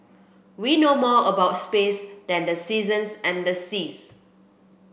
we know more about space than the seasons and the seas